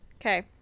okay